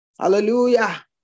Hallelujah